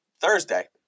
Thursday